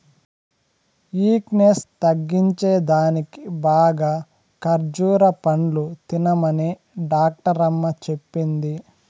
weakness తగ్గేదానికి బాగా ఖజ్జూర పండ్లు తినమనే డాక్టరమ్మ చెప్పింది